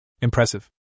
Impressive